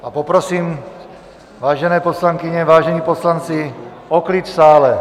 A poprosím, vážené poslankyně, vážení poslanci, o klid v sále.